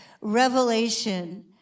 revelation